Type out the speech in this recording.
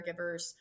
caregivers